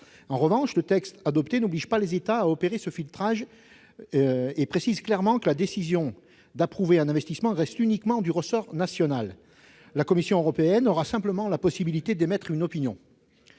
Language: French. En revanche, le texte adopté n'oblige pas les États à opérer ce filtrage et précise clairement que la décision d'approuver un investissement reste exclusivement du ressort national. La Commission européenne aura simplement la possibilité d'émettre une opinion.